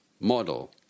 model